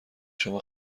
شما